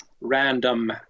random